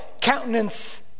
countenance